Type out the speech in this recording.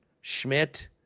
Schmidt